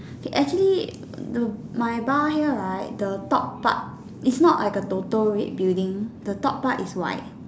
okay actually do my bar here right the top part is not like a total red building the top part is white